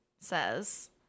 says